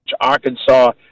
Arkansas